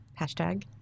hashtag